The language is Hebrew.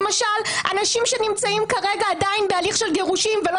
למשל אנשים שנמצאים כרגע עדיין בהליך של גירושין ולא